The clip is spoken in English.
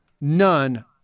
none